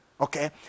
okay